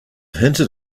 hinted